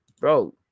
Bro